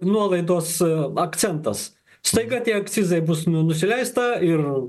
nuolaidos su akcentas staiga tie akcizai bus nusileista ir